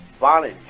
Vonage